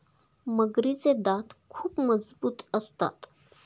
मगरीचे दात खूप मजबूत असतात